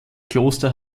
kloster